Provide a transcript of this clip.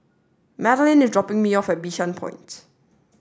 Madelyn is dropping me off at Bishan Point